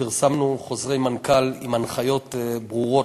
פרסמנו חוזרי מנכ"ל עם הנחיות ברורות